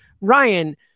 Ryan